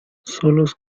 solos